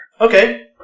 Okay